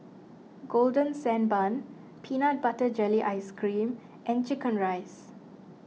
Golden Sand Bun Peanut Butter Jelly Ice Cream and Chicken Rice